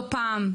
לא פעם,